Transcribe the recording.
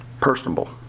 Personable